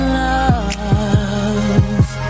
love